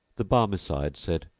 the barmecide said,